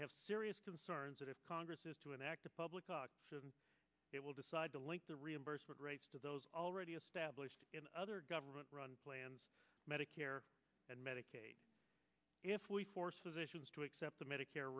have serious concerns that if congress is to enact a public option it will decide to link the reimbursement rates to those already established in other government run plans medicare and medicaid if we force officials to accept the medicare